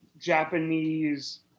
Japanese